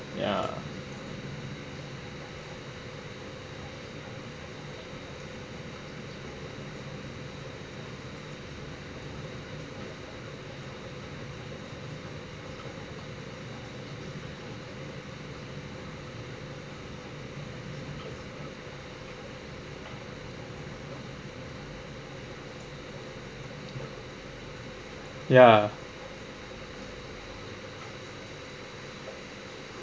ya ya